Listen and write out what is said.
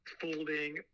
folding